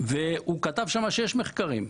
וכתב שם שיש מחקרים.